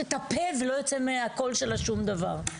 את הפה ולא יוצא מהקול שלה שום דבר.